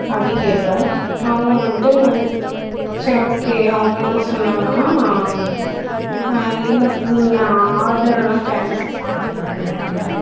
அப்படி கேட்டோம் அவங்க வந்துட்டு சரி ஓகே அவங்க என்ன சொன்னாங்கன்னால் இல்லை நீங்கள் ஆர்டரெல்லாம் கேன்சல் பண்ணாதீங்க